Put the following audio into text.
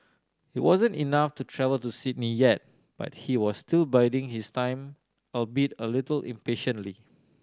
it wasn't enough to travel to Sydney yet but he was still biding his time albeit a little impatiently